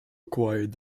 acquired